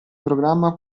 programma